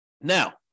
Now